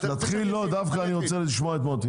לא, דווקא אני רוצה לשמוע את מוטי.